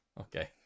Okay